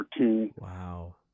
Wow